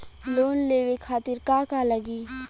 Loan लेवे खातीर का का लगी?